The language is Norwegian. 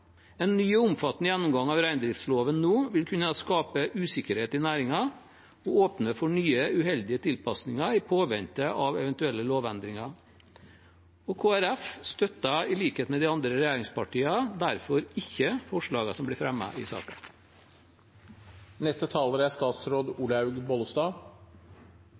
En ny og omfattende gjennomgang av reindriftsloven nå vil kunne skape usikkerhet i næringen og åpne for nye uheldige tilpasninger i påvente av eventuelle lovendringer. Kristelig Folkeparti støtter, i likhet med de andre regjeringspartiene, derfor ikke forslagene som blir fremmet i saken. Dette Dokument 8-forslaget er